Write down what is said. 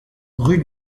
rue